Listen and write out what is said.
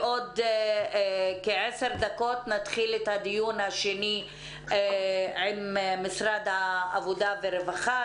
בעוד כעשר דקות נתחיל את הדיון השני עם משרד העבודה והרווחה.